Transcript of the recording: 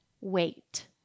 wait